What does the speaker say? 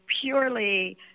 purely